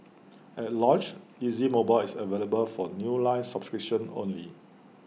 at launch easy mobile is available for new line subscriptions only